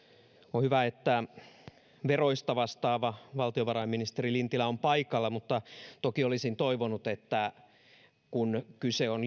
on hyvä että veroista vastaava valtiovarainministeri lintilä on paikalla mutta toki olisin toivonut että kun kyse on